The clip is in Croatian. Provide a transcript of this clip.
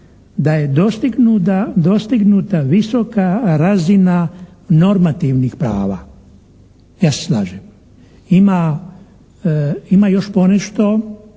da je dostignuta visoka razina normativnih prava. Ja se slažem. Ima, ima još ponešto